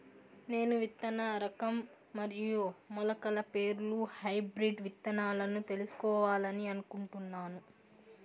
నేను విత్తన రకం మరియు మొలకల పేర్లు హైబ్రిడ్ విత్తనాలను తెలుసుకోవాలని అనుకుంటున్నాను?